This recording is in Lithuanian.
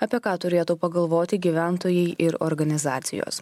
apie ką turėtų pagalvoti gyventojai ir organizacijos